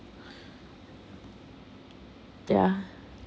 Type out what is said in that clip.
ya